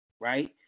right